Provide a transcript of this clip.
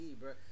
bro